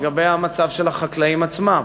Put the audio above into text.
לגבי המצב של החקלאים עצמם.